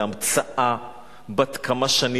זו המצאה בת כמה שנים.